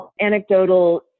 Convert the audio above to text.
anecdotal